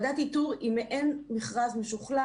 ועדת איתור היא מעין מכרז משוכלל.